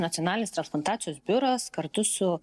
nacionalinis transplantacijos biuras kartu su